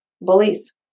bullies